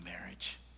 marriage